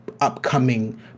upcoming